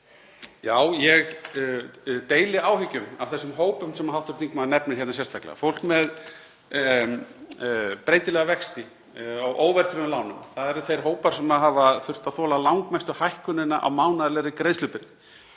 Já, ég deili áhyggjum af þeim hópum sem hv. þingmaður nefnir hérna sérstaklega, fólki með breytilega vexti á óverðtryggðum lánum. Það eru þeir hópar sem hafa þurft að þola langmestu hækkunina á mánaðarlegri greiðslubyrði.